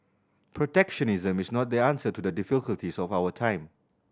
protectionism is not the answer to the difficulties of our time